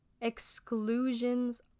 Exclusions